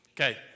Okay